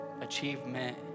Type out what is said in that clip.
achievement